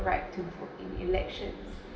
right to put in elections